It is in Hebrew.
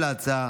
(תיקון, מעצר עד תום ההליכים),